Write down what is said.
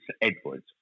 Edward